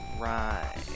Right